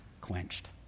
quenched